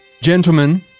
Gentlemen